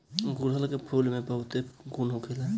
गुड़हल के फूल में बहुते गुण होखेला